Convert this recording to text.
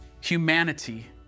humanity